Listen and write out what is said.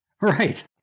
Right